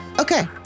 Okay